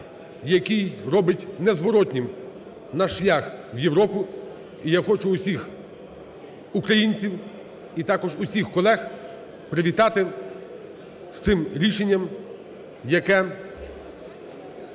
який робить незворотнім наш шлях в Європу. І я хочу усіх українців і також усіх колег привітати з цим рішенням, яке